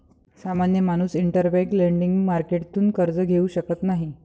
सामान्य माणूस interbank lending मार्केटतून कर्ज घेऊ शकत नाही